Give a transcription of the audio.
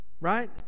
Right